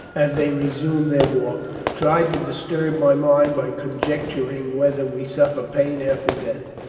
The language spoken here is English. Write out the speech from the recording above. as they resumed their walk, tried to disturb my mind by conjecturing whether we suffer pain after death.